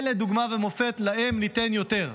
אלה דוגמה ומופת, להם ניתן יותר.